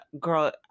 girl